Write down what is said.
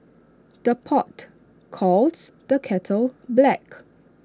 the pot calls the kettle black